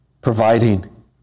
Providing